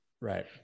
right